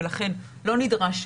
ולכן לא נדרש,